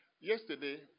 Yesterday